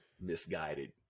misguided